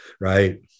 Right